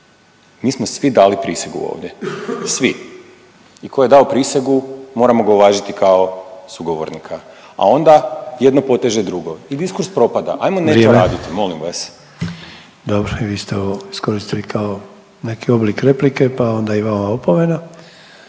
Mi smo svi dali prisegu ovdje, svi i ko je dao prisegu moramo ga uvažiti kao sugovornika, a onda jedno poteže drugo i diskurs propada, ajmo ne to raditi molim vas. **Sanader, Ante (HDZ)** Vrijeme. Dobro, i vi ste ovo iskoristili kao neki oblik replike, pa onda i vama opomena.